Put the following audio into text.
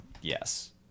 yes